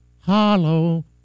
Hollow